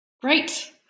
Great